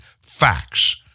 facts